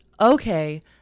okay